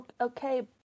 okay